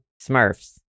Smurfs